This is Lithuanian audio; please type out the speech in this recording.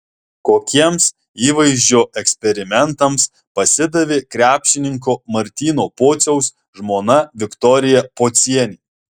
kokiems įvaizdžio eksperimentams pasidavė krepšininko martyno pociaus žmona viktorija pocienė